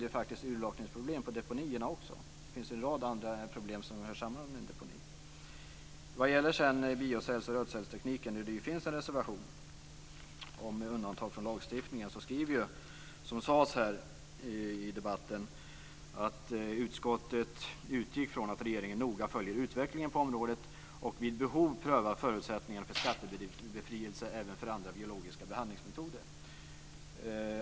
Det är faktiskt urlakningsproblem på deponierna också. Det finns en rad andra problem som hör samman med en deponi. När det gäller biocells och rötcellstekniken, där det ju finns en reservation om undantag från lagstiftningen, skriver man, vilket sades här i debatten, att utskottet utgick från att regeringen noga följer utvecklingen på området och vid behov prövar förutsättningar för skattebefrielse även för andra biologiska behandlingsmetoder.